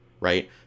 right